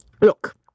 Look